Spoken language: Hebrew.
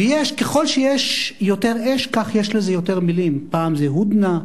וככל שיש יותר אש כך יש לזה יותר מלים: פעם זה "הודנה",